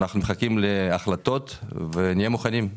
אנחנו מחכים להחלטות ונהיה מוכנים.